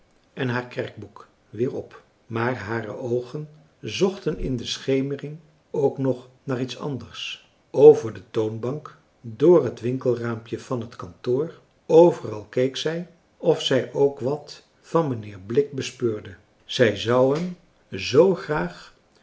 en haar kerkboek weer op maar hare oogen zochten in de schemering ook nog naar iets anders over de toonbank door françois haverschmidt familie en kennissen het winkelraampje van het kantoor overal keek zij of zij ook wat van mijnheer blik bespeurde zij zou hem zoo graag